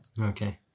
okay